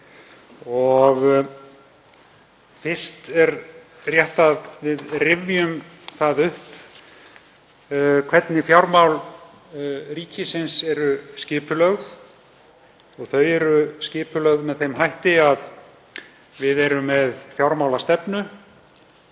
Fyrst er rétt að við rifjum það upp hvernig fjármál ríkisins eru skipulögð. Þau eru skipulögð með þeim hætti að við erum með fjármálastefnu,